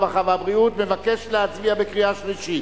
הרווחה והבריאות מבקש להצביע בקריאה שלישית.